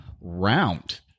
round